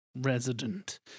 Resident